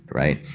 right?